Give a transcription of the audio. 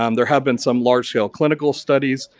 um there have been some large scale clinical studies,